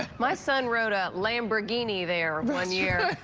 my son wrote a lamborghini there one year.